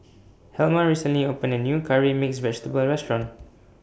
Helma recently opened A New Curry Mixed Vegetable Restaurant